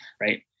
Right